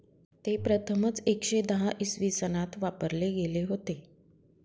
ते प्रथमच एकशे दहा इसवी सनात वापरले गेले होते